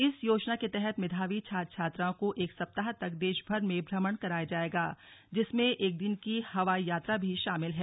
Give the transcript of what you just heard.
इस योजना के तहत मेधावी छात्र छात्राओं को एक सप्ताह तक देशभर में भ्रमण कराया जायेगा जिसमें एक दिन की हवाई यात्रा भी शामिल है